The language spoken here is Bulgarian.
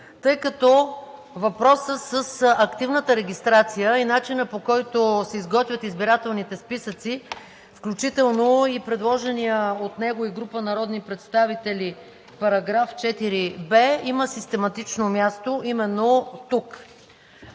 тъй като въпросът с активната регистрация и начинът, по който се изготвят избирателните списъци, включително и предложения от него и група народни представители § 4б има систематично място именно тук.